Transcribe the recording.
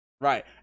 Right